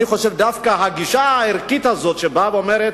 אני חושב שדווקא הגישה הערכית הזאת, שבאה ואומרת: